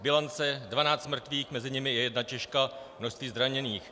Bilance dvanáct mrtvých, mezi nimi jedna Češka, množství zraněných.